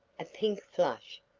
a pink flush,